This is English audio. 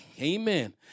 Amen